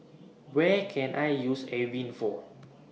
What Can I use Avene For